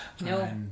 no